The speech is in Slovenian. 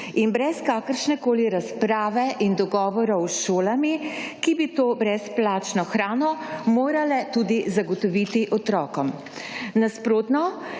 in brez kakršnekoli razprave in dogovorov s šolami, ki bi to brezplačno hrano morale tudi zagotoviti otrokom. Nasprotno,